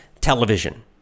television